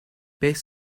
beth